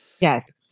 Yes